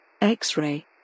X-ray